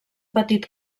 petit